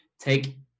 take